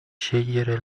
scegliere